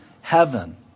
heaven